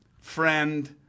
friend